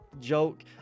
joke